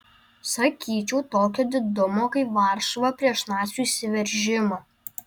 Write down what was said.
sakyčiau tokio didumo kaip varšuva prieš nacių įsiveržimą